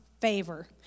favor